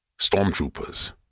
stormtroopers